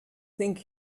think